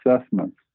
assessments